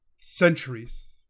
centuries